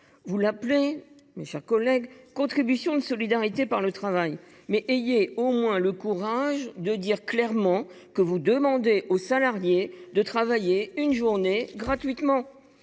vous l’appelez « contribution de solidarité par le travail ». Ayez au moins le courage de dire clairement que vous demandez aux salariés de travailler une journée gratuitement